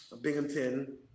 Binghamton